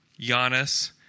Giannis